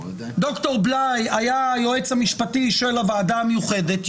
ד"ר גור בליי היה היועץ המשפטי של הוועדה המיוחדת,